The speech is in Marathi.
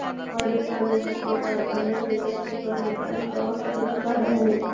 पाळीव प्राण्यांचे प्रकार अन्न, शेतातील प्राणी आणि कामासाठीचे प्राणी आहेत